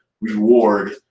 reward